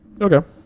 Okay